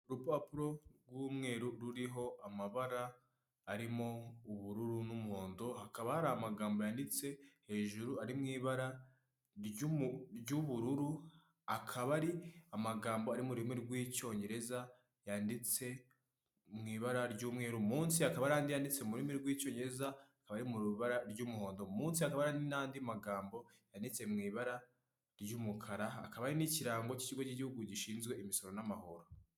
Urupapuro rw'umweru ruriho amabara arimo ubururu n'umuhondo, hakaba hari amagambo yanditse hejuru ariw ibara ry'ubururu akaba ari amagambo ari mu rurimi rw'Icyongereza, yanditse mui ibara ry'umweru munsi hakaba hari andi yanditse mu rurimi rw'Icyongereza aba mu ibara ry'umuhondo, munsi n'andi magambo yanditse mu ibara ry'umukara hakaba ari n'ikirango cy'ikigo cy'igihugu gishinzwe imisoro n'amahoro.